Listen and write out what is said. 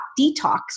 Detox